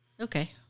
Okay